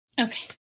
Okay